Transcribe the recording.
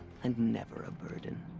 and never a burden.